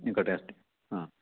निकटे अस्ति